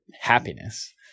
happiness